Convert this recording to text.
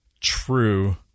true